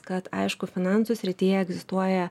kad aišku finansų srityje egzistuoja